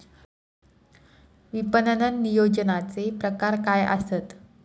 विपणन नियोजनाचे प्रकार काय आसत?